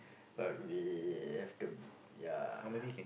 but we have to ya